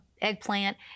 eggplant